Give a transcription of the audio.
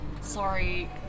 Sorry